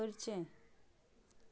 बंद करचें